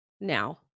now